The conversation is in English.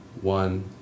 one